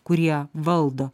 kurie valdo